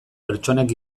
pertsonek